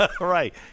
Right